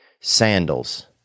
Sandals